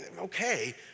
okay